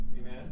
Amen